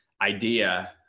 idea